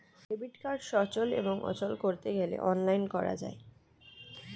debit card সচল এবং অচল করতে গেলে অনলাইন করা যায়